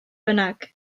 bynnag